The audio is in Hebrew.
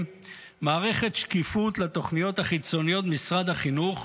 מערכת שקיפות לתוכניות החיצוניות במשרד החינוך,